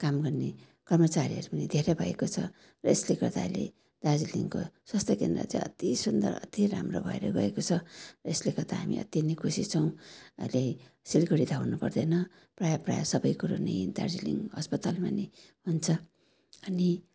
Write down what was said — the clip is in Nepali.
काम गर्ने कर्मचारीहरू पनि धेरै भएको छ र यस्ले गर्दा अहिले दार्जिलिङको स्वास्थ्य केन्द्र चाहिँ अति सुन्दर अति राम्रो भएर गएको छ र यसले गर्दा हामी अति नै खुसी छौँ अहिले सिलगढी धाउनु पर्दैन प्रायः प्रायः सबै कुरो नि दार्जिलिङ अस्पतालमा नै हुन्छ अनि